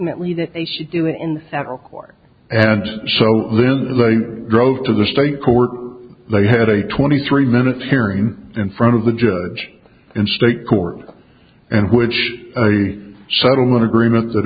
court and so then later drove to the state court they had a twenty three minute hearing in front of the judge in state court and which a settlement agreement that